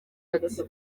ati